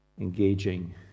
engaging